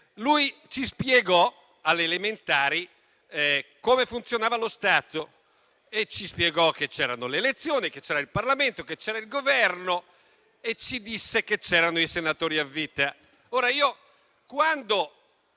e ci spiegò alle elementari come funzionava lo Stato, che c'erano le elezioni, che c'era il Parlamento, che c'era il Governo e ci disse che c'erano i senatori a vita.